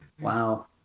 Wow